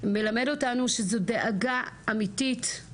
מלמד אותנו שזו דאגה אמיתית,